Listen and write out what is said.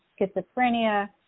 schizophrenia